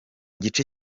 gice